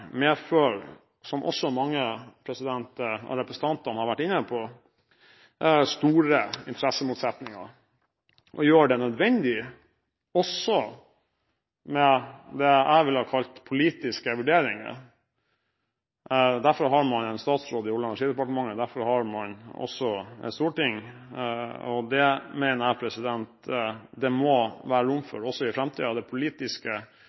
som også mange av representantene har vært inne på, store interessemotsetninger og også gjør det nødvendig med det jeg vil kalle politiske vurderinger. Derfor har man en statsråd i Olje- og energidepartementet, og derfor har man et storting. Det mener jeg det må være rom for også i framtiden – det politiske